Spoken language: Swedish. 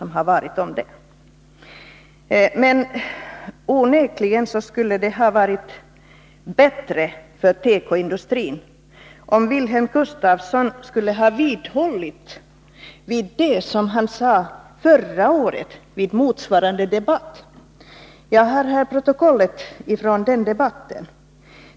Men onekligen skulle det ha varit bättre för tekoindustrin, om Wilhelm Gustafsson hade vidhållit det han sade förra året vid motsvarande debatt. Jag har här protokollet från den debatten.